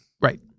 Right